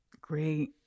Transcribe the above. Great